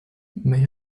may